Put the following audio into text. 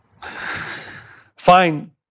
Fine